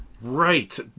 Right